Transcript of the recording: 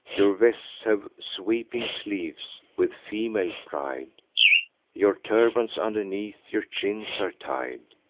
your vests have sweeping sleeves with female pride your turbants underneath your chins are tied.